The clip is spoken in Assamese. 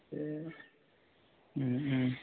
এই